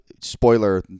spoiler